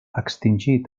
extingit